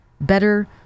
Better